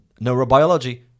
neurobiology